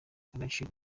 agaciro